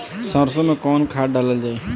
सरसो मैं कवन खाद डालल जाई?